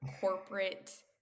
corporate